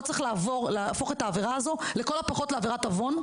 צריך להפוך את העבירה הזו לכל הפחות לעבירת עוון,